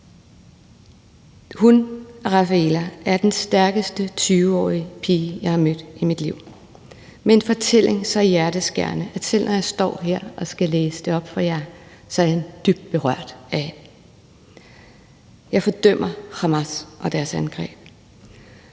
Hun, Rafaela, er den stærkeste 20-årige pige, jeg har mødt i mit liv – med en fortælling så hjerteskærende, at selv når jeg står her og skal læse den op for jer, er jeg dybt berørt af den. Jeg fordømmer Hamas og deres angreb,